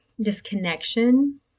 disconnection